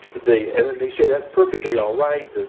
they and and they say that's perfectly alright,